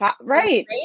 right